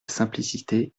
simplicité